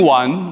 one